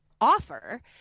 offer